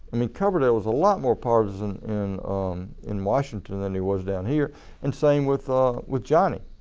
i mean coverdell was a lot more partisan in in washington than he was down here and same with ah with johnny.